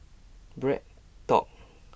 BreadTalk